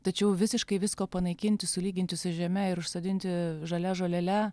tačiau visiškai visko panaikinti sulyginti su žeme ir užsodinti žalia žolele